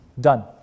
Done